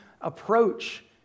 approach